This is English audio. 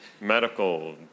Medical